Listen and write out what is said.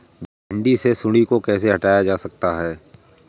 भिंडी से सुंडी कैसे हटाया जा सकता है?